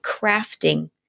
crafting